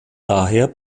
daher